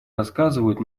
рассказывают